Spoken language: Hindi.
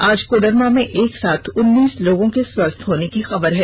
आज कोडरमा में एक साथ उन्नीस लोगों के स्वस्थ होने की खबर है